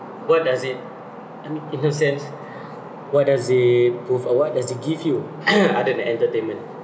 what does I mean it in a sense what does it prove or what does it give you other than entertainment